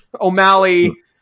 O'Malley